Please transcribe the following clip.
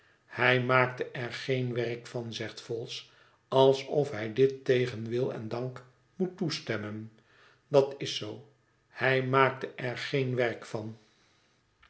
hij maakte er geen werk van zegt vholes alsof hij dit tegen wil en dank moet toestemmen dat is zoo hij maakte er geen werk van